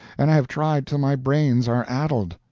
and i have tried till my brains are addled.